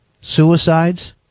suicides